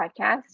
podcast